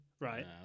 Right